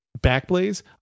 Backblaze